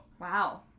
wow